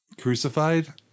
crucified